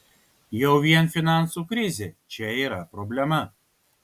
jau vien finansų krizė čia yra problema